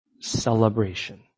celebration